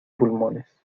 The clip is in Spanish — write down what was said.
pulmones